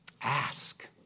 Ask